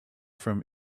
from